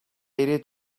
ирээд